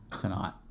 tonight